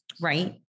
Right